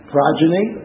Progeny